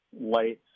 lights